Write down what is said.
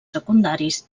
secundaris